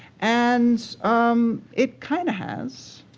and um it kind of has,